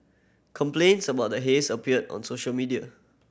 complaints about the haze appeared on social media